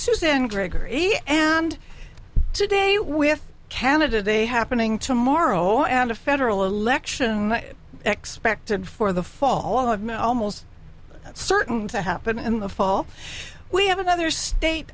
susan gregory and today with canada day happening tomorrow and a federal election expected for the fall of man almost certain to happen in the fall we have another state